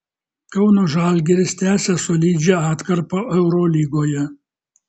kauno žalgiris tęsia solidžią atkarpą eurolygoje